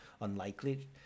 unlikely